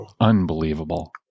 unbelievable